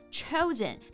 chosen